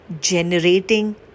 generating